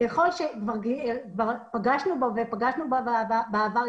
ככל שפגשנו בו ופגשנו בו בעבר,